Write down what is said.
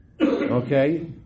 Okay